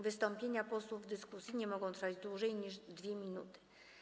Wystąpienia posłów w dyskusji nie mogą trwać dłużej niż 2 minuty.